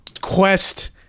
quest